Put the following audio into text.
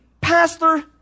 Pastor